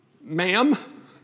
Ma'am